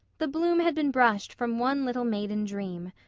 the bloom had been brushed from one little maiden dream.